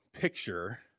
picture